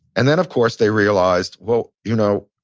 and then of course they realized, well, you know,